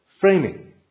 framing